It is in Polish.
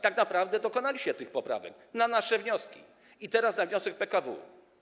Tak naprawdę dokonaliście tych poprawek na nasze wnioski i teraz na wniosek PKW.